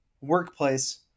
workplace